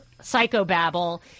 psychobabble